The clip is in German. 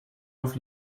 auf